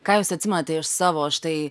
ką jūs atsimenate iš savo štai